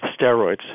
steroids